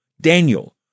Daniel